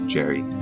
Jerry